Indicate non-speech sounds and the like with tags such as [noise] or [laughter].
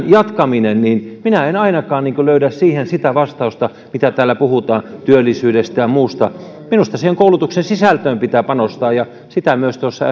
[unintelligible] jatkamisesta minä en ainakaan löydä sitä vastausta mitä täällä puhutaan työllisyydestä ja muusta minusta koulutukseen sisältöön pitää panostaa ja sitä myös tuossa [unintelligible]